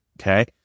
Okay